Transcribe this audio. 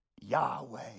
Yahweh